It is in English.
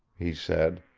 he said.